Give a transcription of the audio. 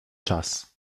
czas